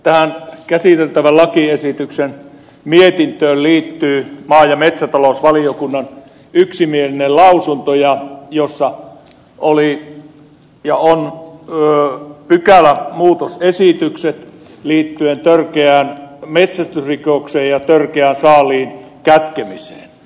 tähän käsiteltävän lakiesityksen mietintöön liittyy maa ja metsätalousvaliokunnan yksimielinen lausunto jossa oli ja on pykälämuutosesitykset liittyen törkeään metsästysrikokseen ja törkeään saaliin kätkemiseen